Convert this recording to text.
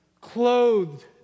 Clothed